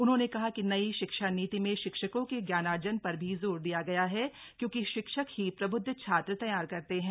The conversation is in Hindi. उन्होंने कहा कि नई शिक्षा नीति में शिक्षकों के ज्ञानार्जन पर भी जोर दिया गया है क्योंकि शिक्षक ही प्रब्द्ध छात्र तैयार करते हैं